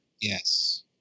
Yes